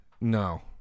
No